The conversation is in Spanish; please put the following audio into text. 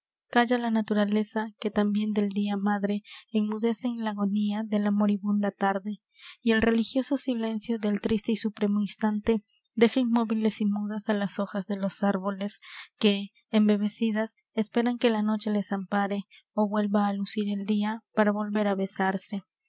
calla la naturaleza que tambien del dia madre enmudece en la agonía de la moribunda tarde y el religioso silencio del triste y supremo instante deja inmóviles y mudas á las hojas de los árboles que embebecidas esperan que la noche les ampare ó vuelva á lucir el dia para volver á besarse